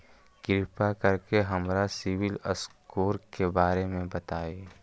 कृपा कर के हमरा सिबिल स्कोर के बारे में बताई?